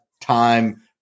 time